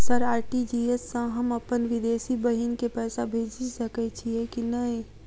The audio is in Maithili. सर आर.टी.जी.एस सँ हम अप्पन विदेशी बहिन केँ पैसा भेजि सकै छियै की नै?